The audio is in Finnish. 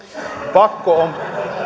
pakko on